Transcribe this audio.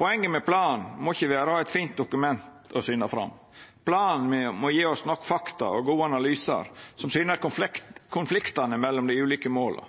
Poenget med planen må ikkje vera at det skal vera eit fint dokument å syna fram. Planen må gje oss nok fakta og gode analysar som syner konfliktane mellom dei ulike måla.